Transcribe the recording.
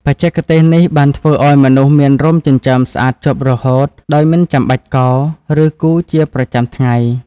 បច្ចេកទេសនេះបានធ្វើឲ្យមនុស្សមានរោមចិញ្ចើមស្អាតជាប់រហូត ដោយមិនចាំបាច់កោរ ឬគូរជាប្រចាំថ្ងៃ។